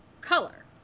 color